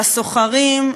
לסוחרים,